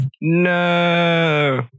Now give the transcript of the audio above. No